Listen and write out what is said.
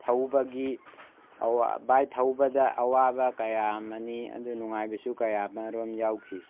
ꯊꯧꯕꯒꯤ ꯕꯥꯏꯠ ꯊꯧꯕꯗ ꯑꯋꯥꯕ ꯀꯌꯥ ꯑꯃꯅꯤ ꯑꯗꯨ ꯅꯨꯡꯉꯥꯏꯕꯁꯨ ꯀꯌꯥ ꯑꯃꯔꯣꯝ ꯌꯥꯎꯈꯤ